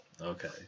Okay